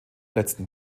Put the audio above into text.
letzten